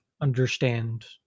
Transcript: understand